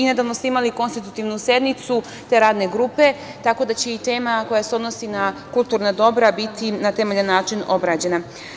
Nedavno ste imali konstitutivnu sednicu te Radne grupe, tako da će i tema koja se odnosi na kulturna dobra biti na temeljan način obrađena.